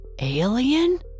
Alien